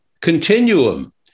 continuum